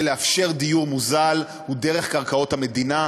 לאפשר דיור מוזל היא דרך קרקעות המדינה.